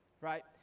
right